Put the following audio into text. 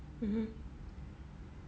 mmhmm